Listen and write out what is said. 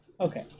Okay